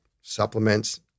supplements